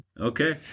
okay